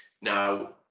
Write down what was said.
Now